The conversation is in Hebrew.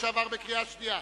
עברה בקריאה שנייה.